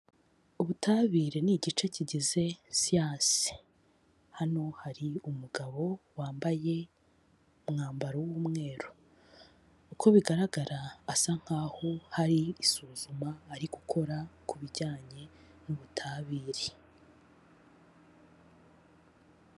Ubutabire ni igice kigize siyansi, hano hari umugabo wambaye umwambaro w'umweru, uko bigaragara asa nkaho hari isuzuma ari gukora ku bijyanye n'ubutabire.